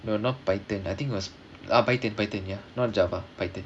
no not python I think it was ah python python ya not java